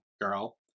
girl